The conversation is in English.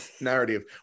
narrative